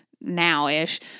now-ish